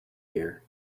here